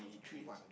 think it's P one